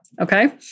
Okay